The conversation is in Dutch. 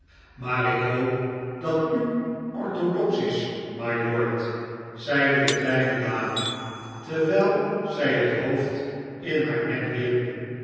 maar ik hoop dat u orthodox is mylord zeide de kleine dame terwijl zij het hoofd in haar nek wierp